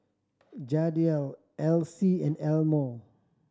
Jadiel Alcee and Elmo